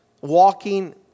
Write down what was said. walking